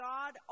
God